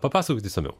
papasakokit išsamiau